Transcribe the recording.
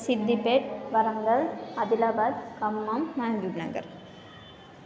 Siddipet Warangal Adilabad Khammam Mahabubnagar